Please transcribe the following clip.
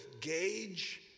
gauge